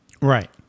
right